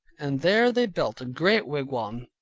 and there they built a great wigwam,